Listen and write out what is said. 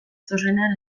zuzenean